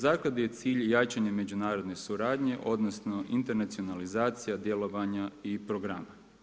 Zakladi je cilj jačanje međunarodne suradnje, odnosno internacionalizacija djelovanja i programa.